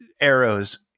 Arrows